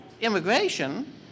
immigration